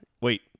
wait